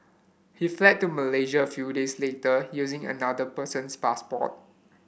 he fled to Malaysia a few days later using another person's passport